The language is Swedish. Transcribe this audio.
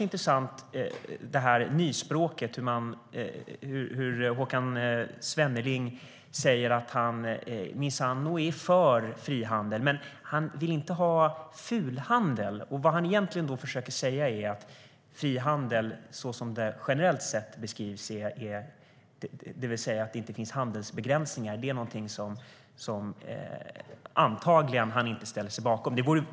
Intressant är också nyspråket, hur Håkan Svenneling säger att han minsann är för frihandel. Däremot vill han inte ha fulhandel. Det han egentligen försöker säga är att frihandel, såsom det generellt beskrivs, det vill säga att det inte finns handelsbegränsningar, är någonting som han antagligen inte ställer sig bakom.